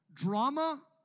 Drama